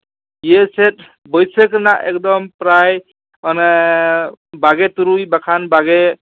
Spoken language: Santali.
ᱤᱭᱟᱹ ᱥᱮᱫ ᱵᱟᱹᱭᱥᱟᱹᱠᱷ ᱨᱮᱱᱟᱜ ᱮᱠᱫᱚᱢ ᱯᱨᱟᱭ ᱢᱟᱱᱮ ᱵᱟᱜᱮ ᱛᱩᱨᱩᱭ ᱵᱟᱠᱷᱟᱱ ᱵᱟᱜᱮ